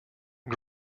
his